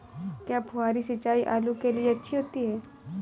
क्या फुहारी सिंचाई आलू के लिए अच्छी होती है?